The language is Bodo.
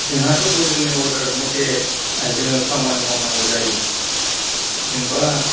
जोंहाथ' गोजौनि अर्डार मथे जोङो खामानि मावनांगौ जायो जेनेबा